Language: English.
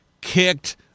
kicked